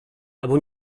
albo